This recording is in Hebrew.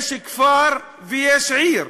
יש כפר ויש עיר.